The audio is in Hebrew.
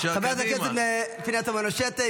חברת הכנסת פנינה תמנו שטה,